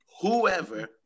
whoever